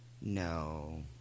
No